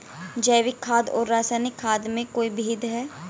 जैविक खाद और रासायनिक खाद में कोई भेद है?